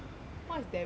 what is devil